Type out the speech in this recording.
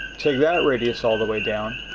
take that radius all the way down.